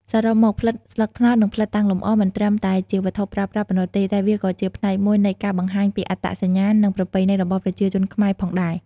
សរុបមក ផ្លិតស្លឹកត្នោត និងផ្លិតតាំងលម្អ មិនត្រឹមតែជាវត្ថុប្រើប្រាស់ប៉ុណ្ណោះទេ តែវាក៏ជាផ្នែកមួយនៃការបង្ហាញពីអត្តសញ្ញាណ និងប្រពៃណីរបស់ប្រជាជនខ្មែរផងដែរ។